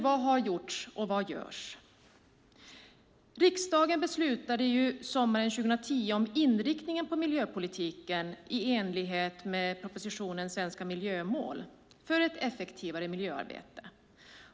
Vad har gjorts och vad görs? Riksdagen beslutade sommaren 2010 om inriktningen på miljöpolitiken i enlighet med propositionen Svenska miljömål - för ett effektivare miljöarbete .